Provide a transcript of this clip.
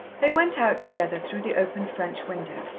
they went out together through the open french window.